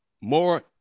more